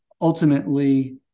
ultimately